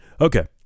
Okay